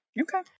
Okay